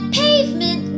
pavement